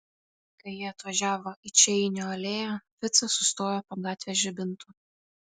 kai jie atvažiavo į čeinio alėją ficas sustojo po gatvės žibintu